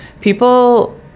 People